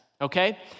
Okay